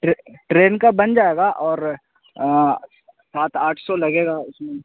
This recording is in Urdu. ٹرین کا بن جائے گا اور سات آٹھ سو لگے گا اس میں